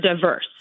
diverse